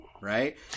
right